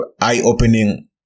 eye-opening